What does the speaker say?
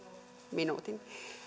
minuutin